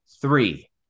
three